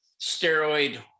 steroid